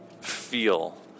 feel